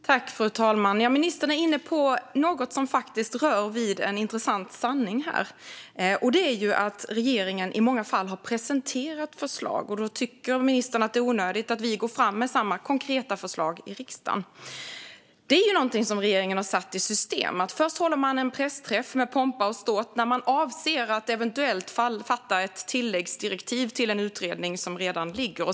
Fru talman! Ministern är inne på något som rör vid en intressant sanning här. Det är att regeringen i många fall har presenterat förslag. Då tycker ministern att det är onödigt att vi går fram med samma konkreta förslag i riksdagen. Det är någonting som regeringen har satt i system. Först håller man en pressträff med pompa och ståt om att man avser att eventuellt fatta beslut om ett tilläggsdirektiv till en utredning som redan finns.